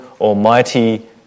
almighty